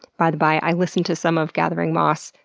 by the by, i listened to some of gathering moss,